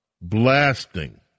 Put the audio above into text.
blasting